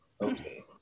Okay